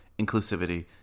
Inclusivity